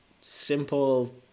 simple